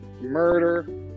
murder